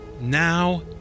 now